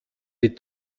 die